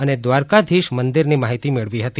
અને દ્વારકાધીશ મંદીરની માહિતી મેળવી હતી